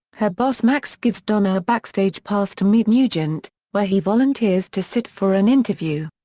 her boss max gives donna a backstage pass to meet nugent, where he volunteers to sit for an interview.